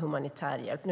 humanitär hjälp när det är nya katastrofer.